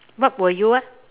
what will you what